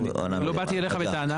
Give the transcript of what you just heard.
לא באתי אליך בטענה.